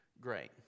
great